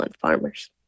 farmers